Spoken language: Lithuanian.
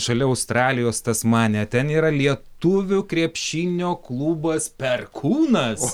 šalia australijos tasmanija ten yra lietuvių krepšinio klubas perkūnas